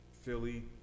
Philly